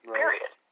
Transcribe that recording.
period